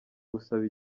gusaba